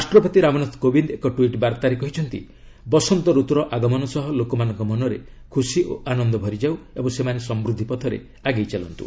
ରାଷ୍ଟ୍ରପତି ରାମନାଥ କୋବିନ୍ଦ ଏକ ଟ୍ୱିଟ୍ବାର୍ତ୍ତାରେ କହିଛନ୍ତି ବସନ୍ତ ରତୁର ଆଗମନ ସହ ଲୋକମାନଙ୍କ ମନରେ ଖୁସି ଓ ଆନନ୍ଦ ଭରିଯାଉ ଏବଂ ସେମାନେ ସମୃଦ୍ଧି ପଥରେ ଆଗେଇ ଚାଲନ୍ତୁ